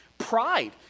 Pride